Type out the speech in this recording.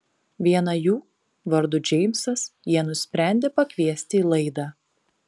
vieną jų vardu džeimsas jie nusprendė pakviesti į laidą